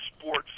sports